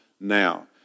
Now